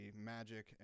magic